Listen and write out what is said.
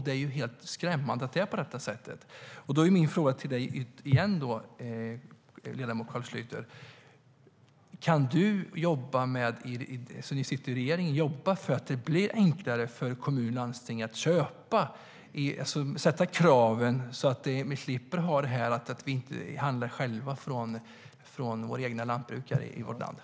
Det är ju helt skrämmande att det är på det sättet.